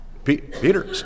Peter